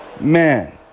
man